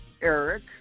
Eric